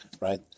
right